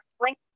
Link